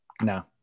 No